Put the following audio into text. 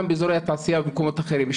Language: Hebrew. גם באזורי תעשייה ומקומות אחרים.